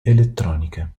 elettronica